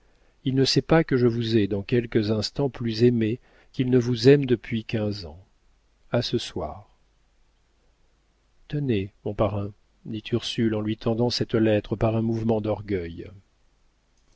il ne sait pas que je vous ai dans quelques instants plus aimée qu'il ne vous aime depuis quinze ans a ce soir tenez mon parrain dit ursule en lui tendant cette lettre par un mouvement d'orgueil